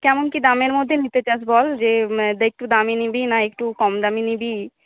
কেমন কি দামের মধ্যে নিতে চাস বল যে একটু দামি নিবি না একটু কমদামি নিবি